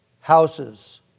houses